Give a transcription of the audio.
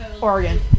Oregon